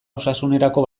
osasunerako